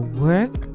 work